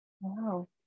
Wow